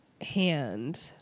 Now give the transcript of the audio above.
hand